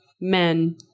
men